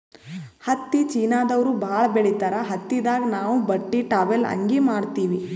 ಹತ್ತಿ ಚೀನಾದವ್ರು ಭಾಳ್ ಬೆಳಿತಾರ್ ಹತ್ತಿದಾಗ್ ನಾವ್ ಬಟ್ಟಿ ಟಾವೆಲ್ ಅಂಗಿ ಮಾಡತ್ತಿವಿ